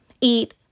eat